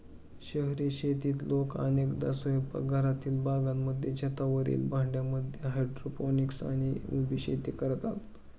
शहरी शेतीत लोक अनेकदा स्वयंपाकघरातील बागांमध्ये, छतावरील भांड्यांमध्ये हायड्रोपोनिक्स आणि उभी शेती करतात